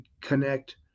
connect